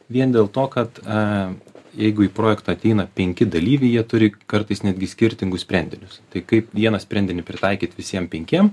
vien dėl to kad a jeigu į projektą ateina penki dalyviai jie turi kartais netgi skirtingus sprendinius tai kaip vieną sprendinį pritaikyt visiem penkiem